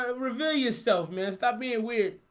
ah reveal yourself man. stop being weird.